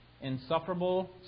insufferable